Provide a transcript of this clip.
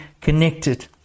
connected